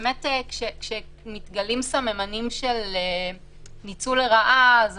כשמתגלים סממנים של ניצול לרעה אנחנו